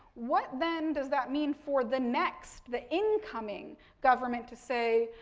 what then does that mean for the next, the incoming government to say,